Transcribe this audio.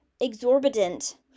exorbitant